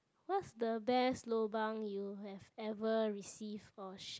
what's the best lobang you have ever receive or share